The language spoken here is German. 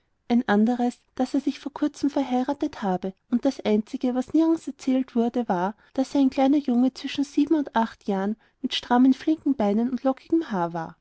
ein andres daß er sich vor kurzem verheiratet habe und das einzige was nirgends erzählt wurde war daß er ein kleiner junge zwischen sieben und acht jahren mit strammen flinken beinen und lockigem haar war